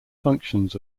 functions